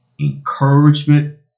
encouragement